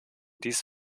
dies